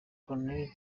colonel